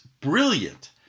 brilliant